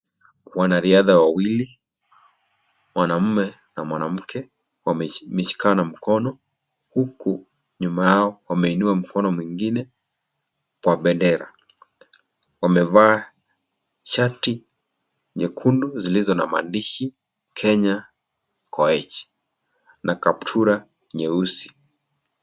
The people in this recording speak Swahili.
Wanariatha wawili, mwanamume na mwanamke wameshikana mkono, huku nyuma yao wameinua mkono mwingine wa bedera. Wamevaa shati nyekundu zilizo na mandishi Kenya Koechi na kaptura nyeusi.